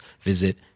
visit